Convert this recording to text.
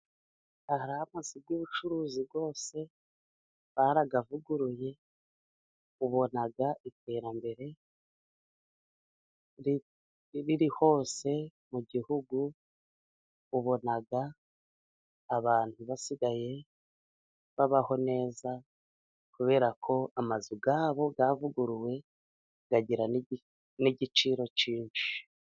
Ahari amazu y'ubucuruzi yose barayavuguruye ubona iterambere riri hose mu gihugu ubona abantu basigaye babaho neza kubera ko amazu yabo yavuguruwe agira n'igiciro cyinshi.